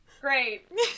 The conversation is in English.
Great